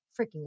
Freaking